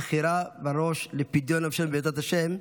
תחילה וראש לפדיון נפשנו", בעזרת השם.